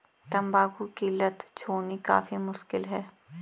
तंबाकू की लत छोड़नी काफी मुश्किल है